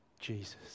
Jesus